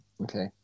Okay